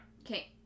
Okay